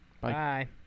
Bye